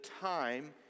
time